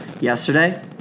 yesterday